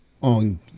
on